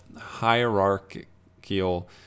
hierarchical